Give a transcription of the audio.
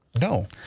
No